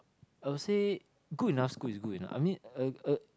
I will say good enough school is good enough I mean a a